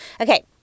Okay